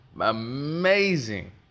amazing